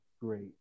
great